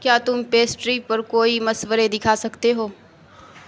کیا تم پیسٹری پر کوئی مشورے دکھا سکتے ہو